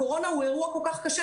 הקורונה הוא אירוע כל כך קשה,